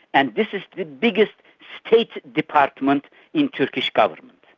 and this is the biggest state department in turkish government.